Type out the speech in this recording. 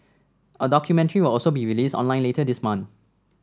a documentary will also be release online later this month